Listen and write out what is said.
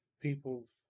people's